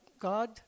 God